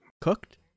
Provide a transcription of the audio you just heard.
Cooked